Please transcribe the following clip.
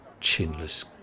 chinless